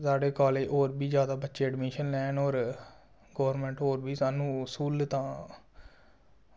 साढ़े कॉलेज होर बी बच्चे जैदा एडमिशन लैन गौरमेंट होर बी सानूं सूह्लतां